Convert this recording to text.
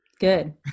Good